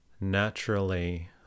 Naturally